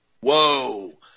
Whoa